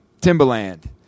Timberland